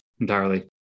entirely